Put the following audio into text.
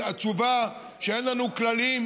חושב שגם על זה יהיה דיון בהמשך.